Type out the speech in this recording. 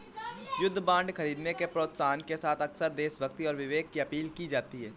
युद्ध बांड खरीदने के प्रोत्साहन के साथ अक्सर देशभक्ति और विवेक की अपील की जाती है